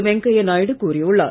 வெங்கையா நாயுடு கூறியுள்ளார்